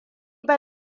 ba